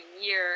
year